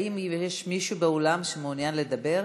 האם יש מישהו באולם שמעוניין לדבר?